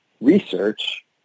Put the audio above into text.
research